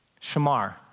shamar